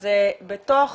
זה בתוך